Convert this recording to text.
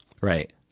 Right